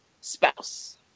spouse